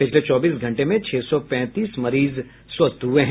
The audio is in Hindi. पिछले चौबीस घंटे में छह सौ पैंतीस मरीजों स्वस्थ हुये हैं